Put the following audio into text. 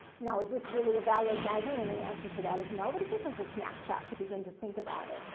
now, is this really a valid measure? and the answer to that is no, but it gives us a snapshot to begin to think about it.